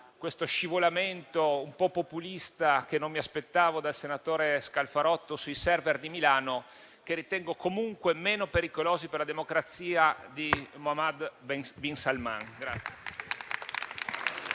questo scivolamento un po' populista, che non mi aspettavo dal senatore Scalfarotto, sui *server* di Milano, che ritengo comunque meno pericolosi per la democrazia di Mohammed bin Salman.